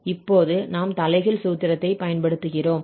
இப்போது நாம் தலைகீழ் சூத்திரத்தைப் பயன்படுத்துகிறோம்